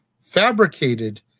fabricated